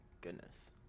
Goodness